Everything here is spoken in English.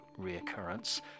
reoccurrence